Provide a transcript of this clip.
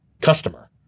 customer